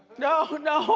no, no,